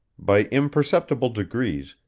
by imperceptible degrees,